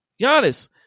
Giannis